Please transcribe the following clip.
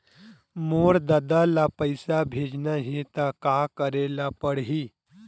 मोर ददा ल पईसा भेजना हे त का करे ल पड़हि?